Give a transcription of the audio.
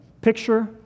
picture